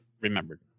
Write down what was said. remembered